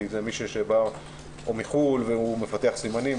מישהו שבא מחו"ל ומפתח סימנים,